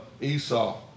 Esau